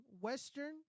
western